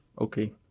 Okay